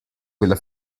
quella